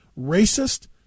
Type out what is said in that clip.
racist